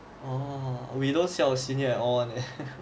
oh we don't see our senior at all one eh